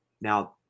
Now